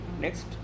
next